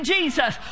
Jesus